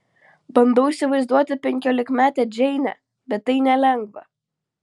bandau įsivaizduoti penkiolikmetę džeinę bet tai nelengva